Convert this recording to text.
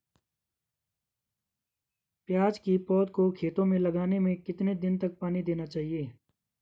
प्याज़ की पौध को खेतों में लगाने में कितने दिन तक पानी देना चाहिए?